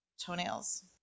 toenails